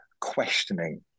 questioning